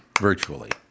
virtually